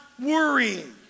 worrying